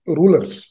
rulers